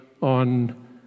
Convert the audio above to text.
on